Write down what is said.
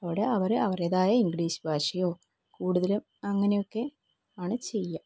അവിടെ അവർ അവരുടേതായ ഇംഗ്ലീഷ് ഭാഷയോ കൂടുതലും അങ്ങനെയൊക്കെ ആണ് ചെയ്യുക